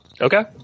Okay